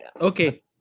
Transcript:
Okay